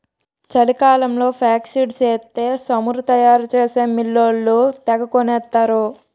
చలికాలంలో ఫేక్సీడ్స్ ఎత్తే సమురు తయారు చేసే మిల్లోళ్ళు తెగకొనేత్తరు